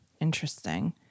Interesting